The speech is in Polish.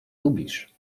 lubisz